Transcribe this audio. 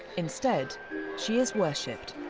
instead she is worshipped.